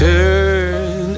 Turn